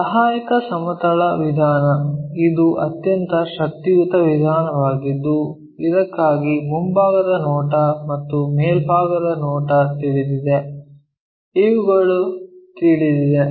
ಸಹಾಯಕ ಸಮತಲ ವಿಧಾನ ಇದು ಅತ್ಯಂತ ಶಕ್ತಿಯುತ ವಿಧಾನವಾಗಿದ್ದು ಇದಕ್ಕಾಗಿ ಮುಂಭಾಗದ ನೋಟ ಮತ್ತು ಮೇಲ್ಭಾಗದ ನೋಟ ತಿಳಿದಿದೆ ಇವುಗಳು ತಿಳಿದಿವೆ